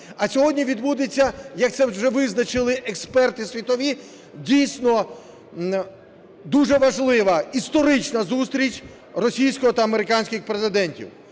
А сьогодні відбудеться, як це вже визначили експерти світові, дійсно дуже важлива історична зустріч російського та американського президентів.